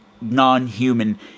non-human